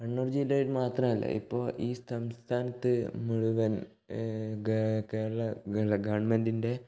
കണ്ണൂർ ജില്ലയിൽ മാത്രല്ല ഇപ്പോൾ ഈ സംസ്ഥാനത്ത് മുഴുവൻ ഗ കേരള അല്ല ഗവണ്മെൻറ്റിൻ്റെ